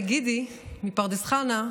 גידי מפרדס חנה,